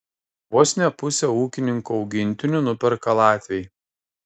vos ne pusę ūkininko augintinių nuperka latviai